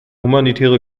humanitäre